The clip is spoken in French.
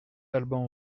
alban